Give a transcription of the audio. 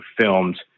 filmed